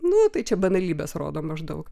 nu tai čia banalybes rodo maždaug